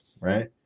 right